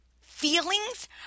feelings